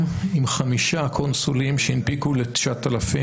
עם חמישה קונסולים שהנפיקו ל-9,000,